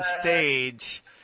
stage